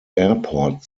airport